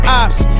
ops